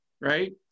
right